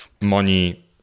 money